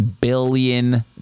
billion